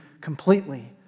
completely